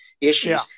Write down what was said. issues